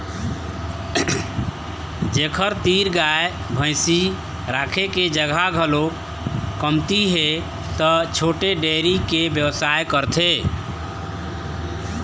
जेखर तीर गाय भइसी राखे के जघा घलोक कमती हे त छोटे डेयरी के बेवसाय करथे